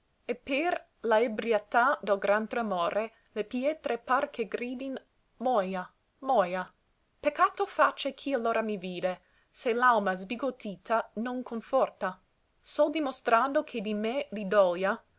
per la ebrietà del gran tremore le pietre par che gridin moia moia peccato face chi allora mi vide se l'alma sbigottita non conforta sol dimostrando che di me li doglia